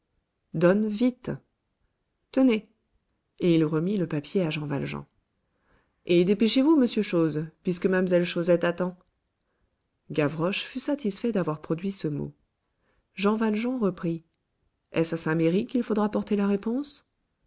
donne vite tenez et il remit le papier à jean valjean et dépêchez-vous monsieur chose puisque mamselle chosette attend gavroche fut satisfait d'avoir produit ce mot jean valjean reprit est-ce à saint-merry qu'il faudra porter la réponse